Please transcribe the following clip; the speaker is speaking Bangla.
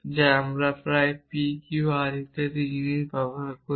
তাই প্রায়ই আমরা P Q R ইত্যাদি জিনিস ব্যবহার করি